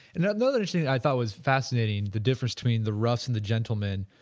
and another issue i thought was fascinating the difference between the roughs and the gentlemen,